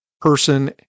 person